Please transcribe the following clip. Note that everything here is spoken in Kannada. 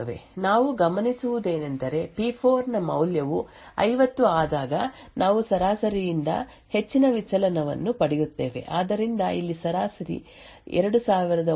ನಾವು ಗಮನಿಸುವುದೇನೆಂದರೆ ಪಿ4 ನ ಮೌಲ್ಯವು 50 ಆದಾಗ ನಾವು ಸರಾಸರಿಯಿಂದ ಹೆಚ್ಚಿನ ವಿಚಲನವನ್ನು ಪಡೆಯುತ್ತೇವೆ ಆದ್ದರಿಂದ ಇಲ್ಲಿ ಸರಾಸರಿ 2943